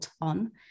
on